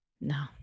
no